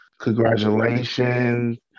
Congratulations